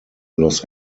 los